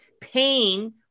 pain